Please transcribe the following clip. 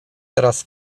teraz